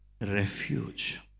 refuge